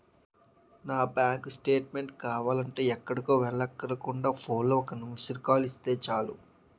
నా bank statement కావాలంటే ఎక్కడికో వెళ్ళక్కర్లేకుండా ఫోన్లో ఒక్క మిస్కాల్ ఇస్తే చాలు